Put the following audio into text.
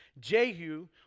Jehu